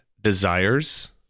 desires